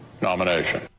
nomination